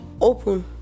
open